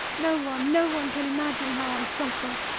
no one, no one can imagine how i suffer.